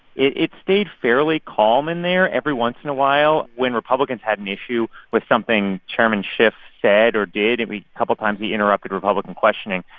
it stayed fairly calm in there. every once in a while, when republicans had an issue with something chairman schiff said or did and a couple of times, he interrupted republican questioning.